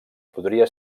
podria